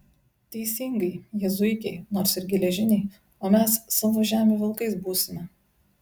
teisingai jie zuikiai nors ir geležiniai o mes savo žemių vilkais būsime